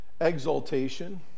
exaltation